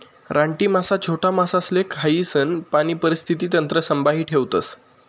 रानटी मासा छोटा मासासले खायीसन पाणी परिस्थिती तंत्र संभाई ठेवतस